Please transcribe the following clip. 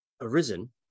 arisen